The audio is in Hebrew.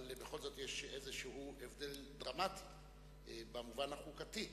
אבל בכל זאת יש איזה הבדל דרמטי, במובן החוקתי: